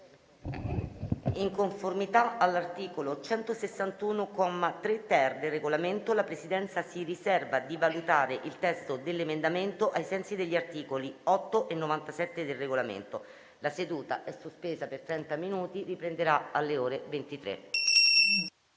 In conformità all'articolo 161, comma 3-*ter*, del Regolamento, la Presidenza si riserva di valutare il testo dell'emendamento ai sensi degli articoli 8 e 97 del Regolamento. Sospendo la seduta, che riprenderà alle ore 23.